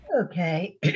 Okay